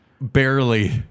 Barely